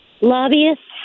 Lobbyists